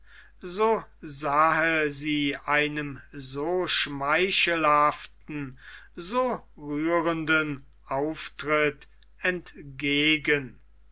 so sah sie einem so schmeichelhaften so rührenden auftritt entgegen